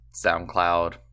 SoundCloud